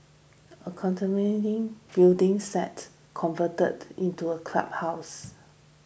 a building site converted into a clubhouse